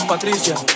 Patricia